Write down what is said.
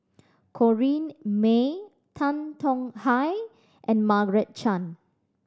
Corrinne May Tan Tong Hye and Margaret Chan